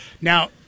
Now